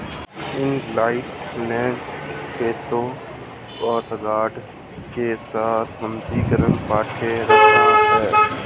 inline wrapper खेतों और यार्डों के साथ पंक्तियों में गांठें रखता है